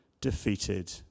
defeated